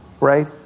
Right